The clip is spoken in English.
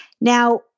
Now